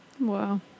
Wow